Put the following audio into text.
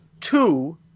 two